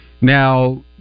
Now